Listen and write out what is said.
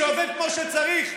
שעובד כמו שצריך,